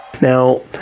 now